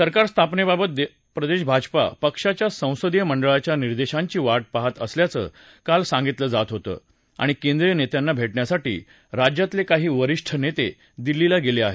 सरकार स्थापनेबाबत प्रदेशभाजपा पक्षाच्या संसदीय मंडळाच्या निर्देशांची वाट पाहात असल्याचं काल सांगितलं जात होतं आणि केंद्रीय नेत्यांना भेटण्यासाठी राज्यातले काही वरीष्ठ नेते दिल्लीला गेले आहेत